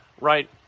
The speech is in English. right